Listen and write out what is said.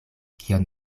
kion